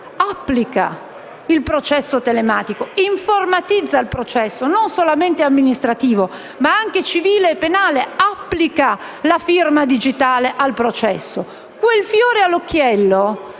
applica il processo telematico, informatizza il processo - e non solo amministrativo, ma anche civile e penale - e vi applica la firma digitale. Quel fiore all'occhiello